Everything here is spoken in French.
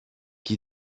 qui